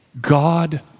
God